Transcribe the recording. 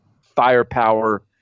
firepower